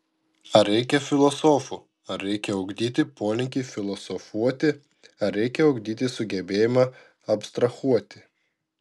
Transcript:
ar reikia filosofų ar reikia ugdyti polinkį filosofuoti ar reikia ugdyti sugebėjimą abstrahuoti